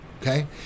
okay